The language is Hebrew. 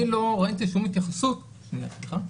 אני לא ראיתי שום התייחסות, סליחה?